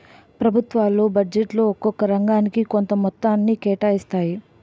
ప్రభుత్వాలు బడ్జెట్లో ఒక్కొక్క రంగానికి కొంత మొత్తాన్ని కేటాయిస్తాయి